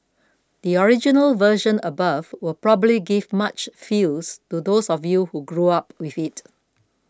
the original version above will probably give much feels to those of you who grew up with it